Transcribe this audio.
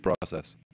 process